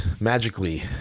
magically